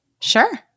Sure